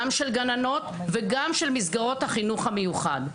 גם של גננות וגם של מסגרות החינוך המיוחד.